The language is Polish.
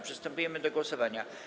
Przystępujemy do głosowania.